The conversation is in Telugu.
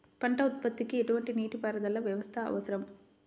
పంట ఉత్పత్తికి ఎటువంటి నీటిపారుదల వ్యవస్థ అవసరం?